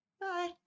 Bye